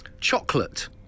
chocolate